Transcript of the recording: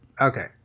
okay